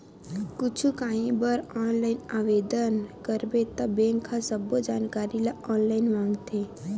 कुछु काही बर ऑनलाईन आवेदन करबे त बेंक ह सब्बो जानकारी ल ऑनलाईन मांगथे